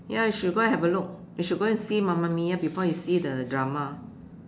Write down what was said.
ya you should go and have a look you should go and see Mamma Mia before you see the drama